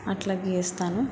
అట్ల గీస్తాను